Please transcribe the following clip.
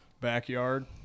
backyard